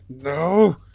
no